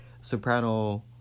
soprano